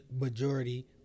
majority